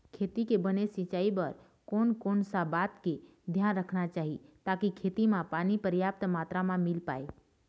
खेती के बने सिचाई बर कोन कौन सा बात के धियान रखना चाही ताकि खेती मा पानी पर्याप्त मात्रा मा मिल पाए?